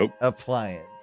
appliance